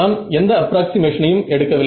நாம் எந்த அப்ராக்ஸிமேஷனையும் எடுக்க வில்லை